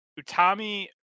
Utami